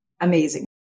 amazing